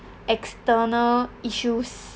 external issues